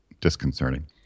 disconcerting